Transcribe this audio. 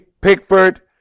Pickford